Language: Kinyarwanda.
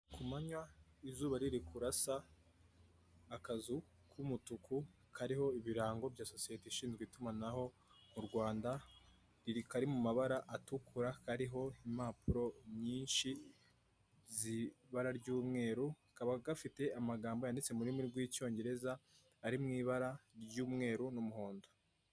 Ku manywa izuba riri kurasa akazu k'umutuku kariho ibirango bya sosiyete ishinzwe itumanaho mu Rwanda. Iri kari mu mabara atukura hariho impapuro nyinshi z'ibara ry'umweru, kaba gafite amagambo yanditse mu rurimi rw'Icyongereza ari mu ibara ry'umweru n'umuhondo.